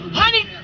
honey